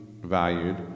valued